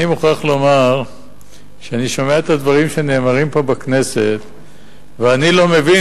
אני מוכרח לומר שאני שומע את הדברים שנאמרים כאן בכנסת ואני לא מבין,